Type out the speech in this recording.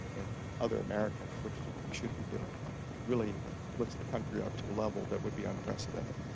and other americans, which is what we should be doing. and it really lifts the country up to a level that would be unprecedented.